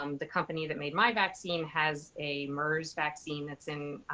um the company that made my vaccine has a mers vaccine that's in,